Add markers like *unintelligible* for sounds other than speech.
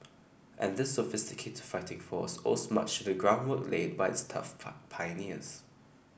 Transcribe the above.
and this sophisticated fighting force owes much the groundwork laid by its tough *unintelligible* pioneers